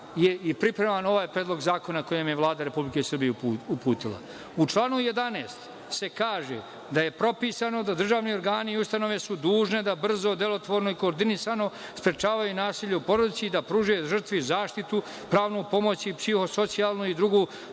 i pripremljen ovaj predlog zakona koji vam je Vlada RS uputila.U članu 11. se kaže da je propisano da državni organi i ustanove su dužne da brzo, delotvorno i koordinisano sprečavaju nasilje u porodici i da pružaju žrtvi zaštitu, pravnu pomoć i psiho-socijalnu i drugu